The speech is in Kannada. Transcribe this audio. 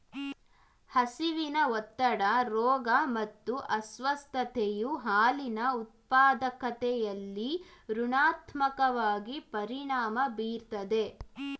ಹಸಿವಿನ ಒತ್ತಡ ರೋಗ ಮತ್ತು ಅಸ್ವಸ್ಥತೆಯು ಹಾಲಿನ ಉತ್ಪಾದಕತೆಲಿ ಋಣಾತ್ಮಕವಾಗಿ ಪರಿಣಾಮ ಬೀರ್ತದೆ